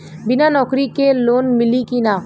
बिना नौकरी के लोन मिली कि ना?